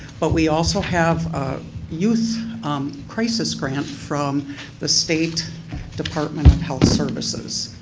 but we also have ah youth um crisis grant from the state department of health services.